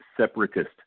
separatist